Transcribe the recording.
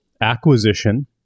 acquisition